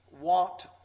want